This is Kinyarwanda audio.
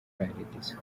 paradizo